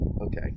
Okay